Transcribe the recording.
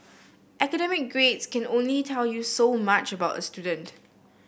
academic grades can only tell you so much about a student